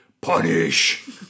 PUNISH